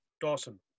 dawson